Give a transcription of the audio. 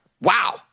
Wow